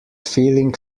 feeling